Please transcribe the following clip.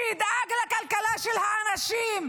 שידאג לכלכלה של האנשים.